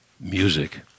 music